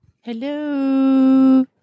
Hello